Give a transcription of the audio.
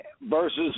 versus